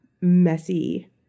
messy